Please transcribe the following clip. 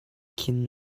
khin